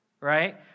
right